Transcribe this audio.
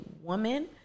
woman